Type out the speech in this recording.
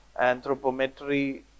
anthropometry